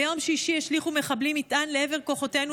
ביום שישי מחבלים השליכו מטען לעבר כוחותינו,